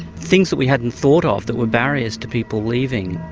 things that we hadn't thought of that were barriers to people leaving,